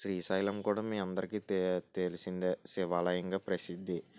శ్రీశైలం కూడా మీ అందరికీ తెలిసిందే శివాలయంగా ప్రసిద్ధి